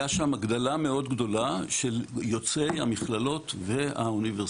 היא צריכה להמליץ לוועדת שרים לענייני מדע